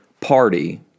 party